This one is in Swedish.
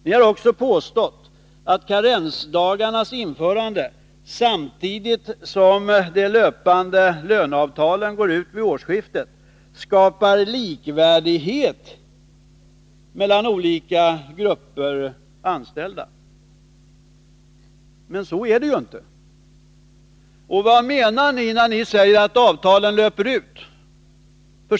Ni har också påstått att karensdagarnas införande, samtidigt med att de löpande löneavtalen går ut vid årsskiftet, skapar likvärdighet mellan olika grupper anställda. Men så är det ju inte. Vad menar ni med att säga att avtalen löper ut?